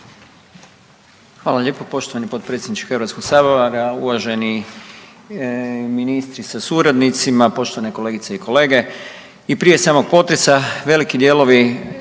Hvala lijepo poštovani potpredsjedniče HS-a, uvaženi ministri sa suradnicima, poštovane kolegice i kolege. I prije samog potresa, veliki dijelovi